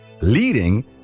leading